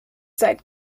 seit